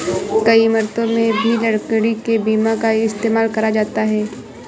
कई इमारतों में भी लकड़ी के बीम का इस्तेमाल करा जाता है